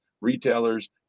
retailers